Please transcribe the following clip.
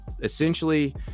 Essentially